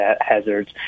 hazards